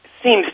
seems